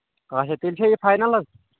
اچھا تیٚلہِ چھا یہِ فاینَل حظ